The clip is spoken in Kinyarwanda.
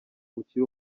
ukiri